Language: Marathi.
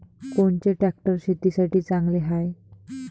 कोनचे ट्रॅक्टर शेतीसाठी चांगले हाये?